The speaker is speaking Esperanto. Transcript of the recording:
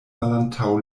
malantaŭ